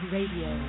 Radio